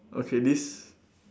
okay this